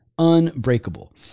unbreakable